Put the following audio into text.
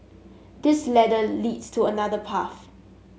this ladder leads to another path